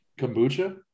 kombucha